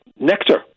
nectar